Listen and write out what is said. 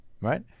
Right